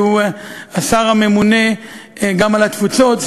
שהוא השר הממונה גם על התפוצות,